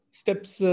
steps